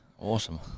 Awesome